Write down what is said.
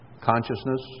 consciousness